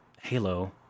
halo